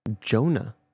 Jonah